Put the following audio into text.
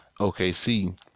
OKC